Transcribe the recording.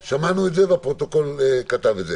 שמענו את זה והפרוטוקול כתב את זה.